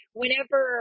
whenever